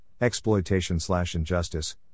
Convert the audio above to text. exploitation-slash-injustice